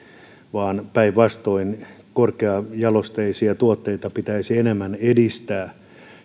päinvastoin korkeajalosteisia tuotteita pitäisi enemmän edistää ja